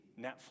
Netflix